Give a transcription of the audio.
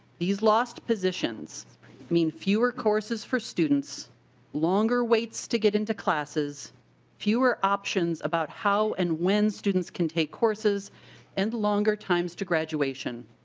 these loss positions mean fewer courses for students longer weights to get into classes fewer options about how and when students can take courses and longer times to graduation.